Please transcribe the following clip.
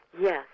Yes